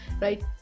right